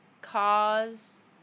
cause